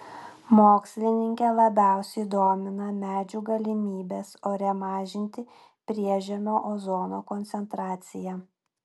mokslininkę labiausiai domina medžių galimybės ore mažinti priežemio ozono koncentraciją